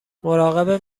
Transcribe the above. مراقب